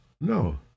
No